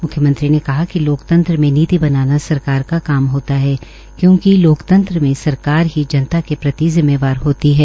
म्ख्यमंत्री ने कहा कि लोकतंत्र में नीति बनाना सरकार का काम है क्योंकि लोकतंत्र में सरकार ही जनता के प्रति जिम्मेवार होती है